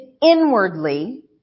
inwardly